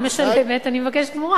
אני משלמת, אני מבקשת תמורה.